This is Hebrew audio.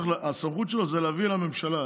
הסמכות שלו זה להביא לממשלה,